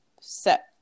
set